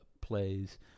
plays